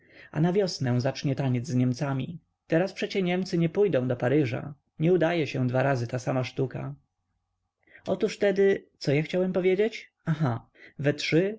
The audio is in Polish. a na wiosnę zacznie taniec z niemcami teraz przecie niemcy nie pójdą do paryża nie udaje się dwa razy ta sama sztuka otóż tedy co ja chciałem powiedzieć aha we trzy